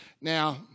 Now